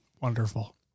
Wonderful